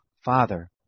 Father